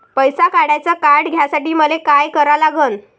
पैसा काढ्याचं कार्ड घेण्यासाठी मले काय करा लागन?